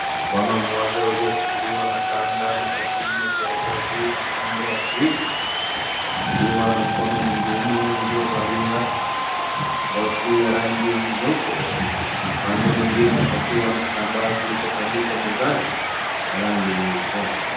Mkono moja ukioshikiliwa na kanda na mashine kuelekea nii upande wa kiwiko ukiwa na mkono mwingine aliyevalia koti ya rangi nyeupe, upande mwingine pakiwa ni kitambaa kilicho tandikwa mezaniza rangi nyeupe.